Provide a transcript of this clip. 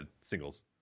Singles